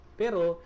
pero